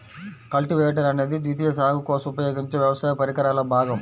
cultivator అనేది ద్వితీయ సాగు కోసం ఉపయోగించే వ్యవసాయ పరికరాల భాగం